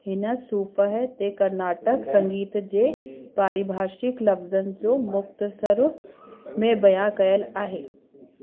हिन सुफ़हे ते कर्नाटक संगीत जे पारिभाषिक लफ़्ज़नि जो मुख़्तसर में बियानु कयल आहे